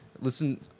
Listen